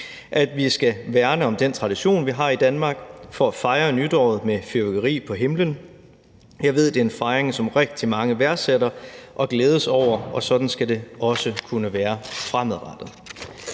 at vi skal værne om den tradition, vi har i Danmark, for at fejre nytåret med fyrværkeri på himlen. Jeg ved, det er en fejring, som rigtig mange værdsætter og glædes over – sådan skal det også kunne være fremadrettet